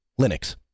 Linux